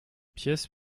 pièces